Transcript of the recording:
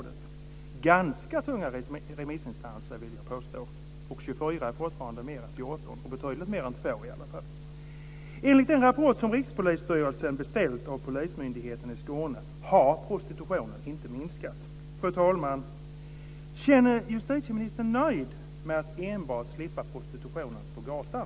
Det är ganska tunga remissinstanser, vill jag påstå. Och 24 är fortfarande fler än 14 och betydligt fler än 2 i alla fall. Enligt den rapport som Rikspolisstyrelsen beställt av polismyndigheten i Skåne har prostitutionen inte minskat. Fru talman! Känner justitieministern sig nöjd med att enbart slippa prostitutionen på gatan?